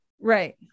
Right